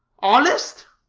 honest?